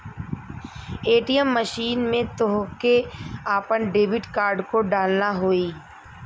ATM machine में तोहके आपन डेबिट कार्ड को डालना होई